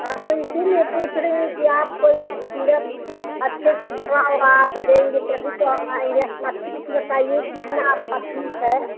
हाँ तो इसीलिए पूछ रही हूँ कि आप कोई कफ सीरप अच्छे से दवा ओवा आप देंगे तभी तो हम आएंगे अपना फीस बताइए कितना आपका फीस है